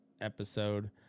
episode